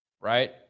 Right